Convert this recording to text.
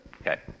Okay